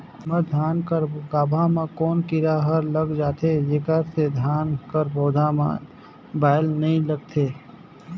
हमर धान कर गाभा म कौन कीरा हर लग जाथे जेकर से धान कर पौधा म बाएल नइ निकलथे?